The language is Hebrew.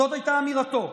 זאת הייתה אמירתו.